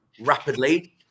rapidly